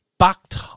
Bucked